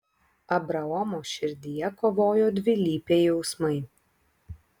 abraomo širdyje kovojo dvilypiai jausmai